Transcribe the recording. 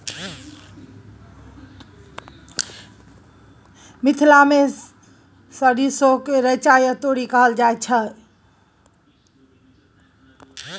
मिथिला मे सरिसो केँ रैचा या तोरी कहल जाइ छै